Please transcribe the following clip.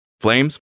Flames